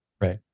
Right